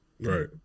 Right